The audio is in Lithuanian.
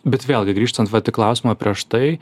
bet vėlgi grįžtant vat į klausimą prieš tai